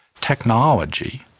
Technology